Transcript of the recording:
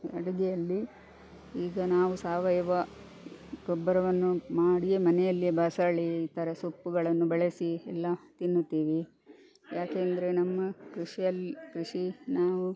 ಅಡುಗೆಯಲ್ಲಿ ಈಗ ನಾವು ಸಾವಯವ ಗೊಬ್ಬರವನ್ನು ಮಾಡಿಯೇ ಮನೆಯಲ್ಲಿಯೇ ಬಸಳೆ ಇತರ ಸೊಪ್ಪುಗಳನ್ನು ಬಳಸಿ ಎಲ್ಲ ತಿನ್ನುತ್ತೇವೆ ಯಾಕೆಂದರೆ ನಮ್ಮ ಕೃಷಿಯಲ್ಲಿ ಕೃಷಿ ನಾವು